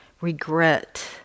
regret